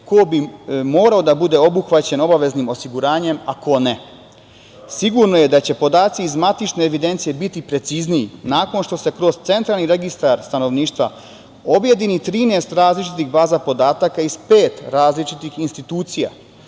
ko bi morao da bude obuhvaćen obaveznim osiguranjem, a ko ne. Sigurno je da će podaci iz matične evidencije biti precizniji nakon što se kroz Centralni registar stanovništva objedini 13 različitih baza podataka, iz pet različitih institucija,